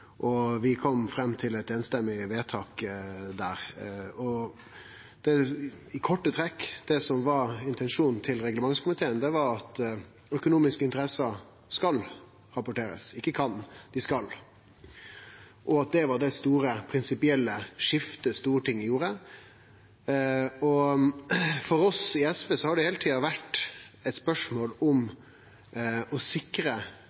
og vi kom fram til eit samrøystes vedtak. I korte trekk var intensjonen til reglementskomiteen at økonomiske interesser skal rapporterast – ikkje kan, men skal. Det var det store prinsipielle skiftet Stortinget gjorde. For oss i SV har det heile tida vore eit spørsmål om å sikre